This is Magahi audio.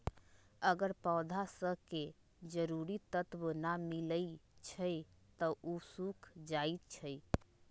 अगर पौधा स के जरूरी तत्व न मिलई छई त उ सूख जाई छई